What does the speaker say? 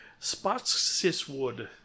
Spotsiswood